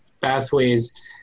pathways